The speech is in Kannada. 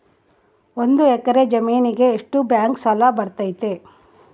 ಒಂದು ಎಕರೆ ಜಮೇನಿಗೆ ಎಷ್ಟು ಬ್ಯಾಂಕ್ ಸಾಲ ಬರ್ತೈತೆ?